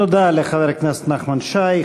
תודה לחבר הכנסת נחמן שי.